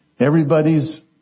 Everybody's